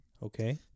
Okay